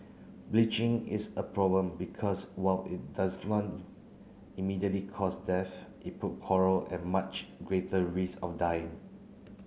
bleaching is a problem because while it doesn't want immediately cause death it put coral at much greater risk of dying